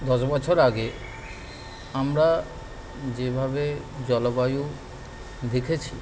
দশ বছর আগে আমরা যেভাবে জলবায়ু দেখেছি